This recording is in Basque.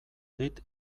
dit